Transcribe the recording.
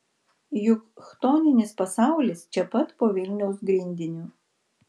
juk chtoninis pasaulis čia pat po vilniaus grindiniu